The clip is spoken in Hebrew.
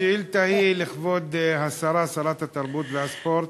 השאילתה היא לכבוד שרת התרבות והספורט,